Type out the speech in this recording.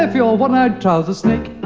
ah your one-eyed trousers snake.